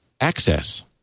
access